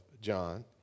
John